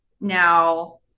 now